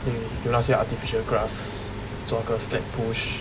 then 有那些 artificial grass 做那个 sled push